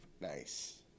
Nice